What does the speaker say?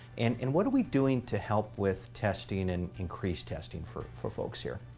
and and what are we doing to help with testing and increased testing for for folks here.